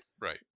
right